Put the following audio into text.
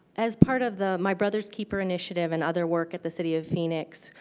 as part of the my brother's keeper initiative and other work at the city of phoenix,